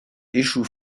échouent